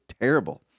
terrible